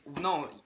no